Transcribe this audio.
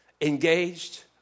engaged